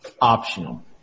optional